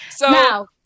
Now